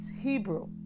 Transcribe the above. Hebrew